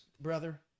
brother